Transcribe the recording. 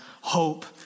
Hope